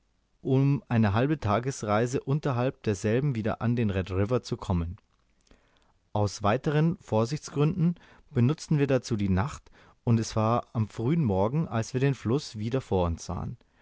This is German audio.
um eine halbe tagesreise unterhalb derselben wieder an den red river zu kommen aus weiteren vorsichtsgründen benutzten wir dazu die nacht und es war am frühen morgen als wir den fluß wieder vor uns sahen